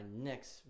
next